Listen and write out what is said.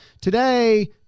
today